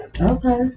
okay